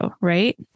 right